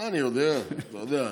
אני יודע, אתה יודע,